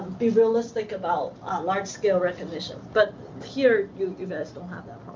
be realistic about large scale recognition. but here you guys don't have that